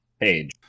page